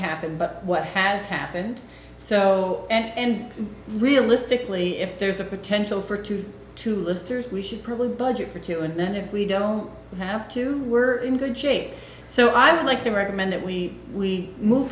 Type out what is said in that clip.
happen but what has happened so and realistically if there is a potential for two to lister's we should probably budget for two and then if we don't have to we're in good shape so i would like to recommend that we we move